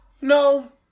no